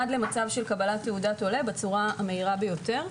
עד למצב של קבלת תעודת עולה בצורה המהירה ביותר.